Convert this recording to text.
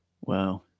Wow